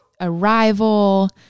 arrival